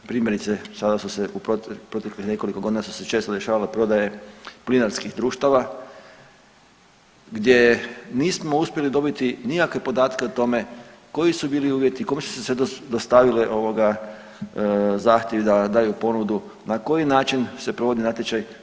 Primjerice sada su se, u proteklih nekoliko godina su se često dešavale prodaje plinarskih društava gdje nismo uspjeli dobiti nikakve podatke o tome koji su bili uvjeti, kome su se dostavljale ovoga zahtjevi da daju ponudu, na koji način se provodi natječaj.